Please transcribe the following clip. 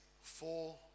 four